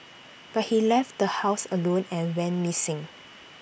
but he left the house alone and went missing